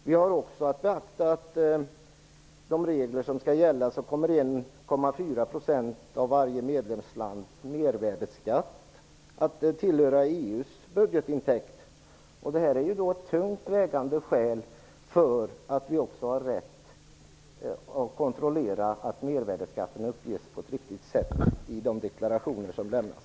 Vi har också att beakta att enligt de regler som skall gälla kommer 1,4 % av varje medlemslands mervärdesskatt att tillhöra EU:s budgetintäkter. Det är ett tungt vägande skäl för att vi också har rätt att kontrollera att mervärdesskatten uppges på ett riktigt sätt i de deklarationer som lämnas.